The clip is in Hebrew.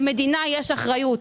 למדינה יש אחריות